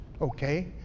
Okay